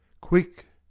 quick!